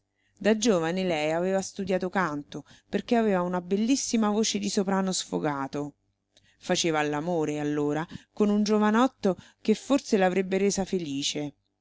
da giovane lei aveva studiato canto perché aveva una bellissima voce di soprano sfogato faceva all'amore allora con un giovanotto che forse l'avrebbe resa felice